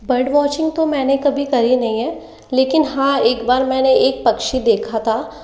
bird watching तो मैंने कभी की नहीं है लेकिन हाँ एक बार मैंने एक पक्षी देखा था